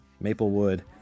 Maplewood